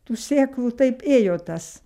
tų sėklų taip ėjo tas